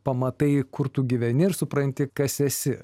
pamatai kur tu gyveni ir supranti kas esi